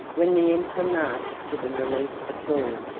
when the emperor marched to the relief of gaul,